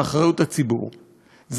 זה מופיע בהסכם הקואליציוני.